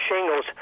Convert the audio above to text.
shingles